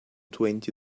twenty